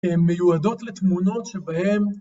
‫הן מיועדות לתמונות שבהן...